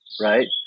right